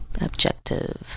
Objective